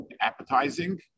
appetizing